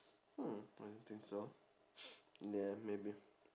hmm I don't think so ya maybe